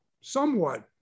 somewhat